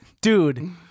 Dude